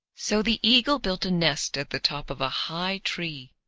so the eagle built a nest at the top of a high tree,